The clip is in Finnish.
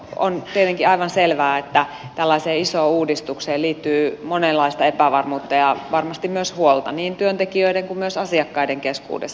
on tietenkin aivan selvää että tällaiseen isoon uudistukseen liittyy monenlaista epävarmuutta ja varmasti myös huolta niin työntekijöiden kuin myös asiakkaiden keskuudessa